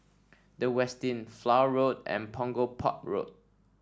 The Westin Flower Road and Punggol Port Road